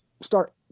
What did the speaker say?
start